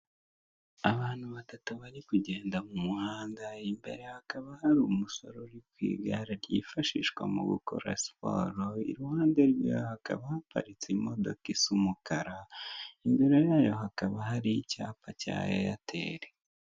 Abantu batatu bari kugenda mumuhanda, imbere hakaba hari umusore uri ku igare ryifashishwa mugukora siporo iruhande rwe hakaba haparitse imodoka isa umukara, imbere yayo hakaba hari icyapa cya eyeteli.